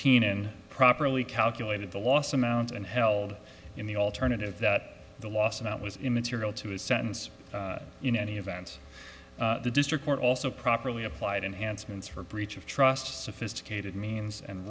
keenan properly calculated the loss amount and held in the alternative that the loss or not was immaterial to his sentence in any event the district court also properly applied and hansen's for breach of trust sophisticated means and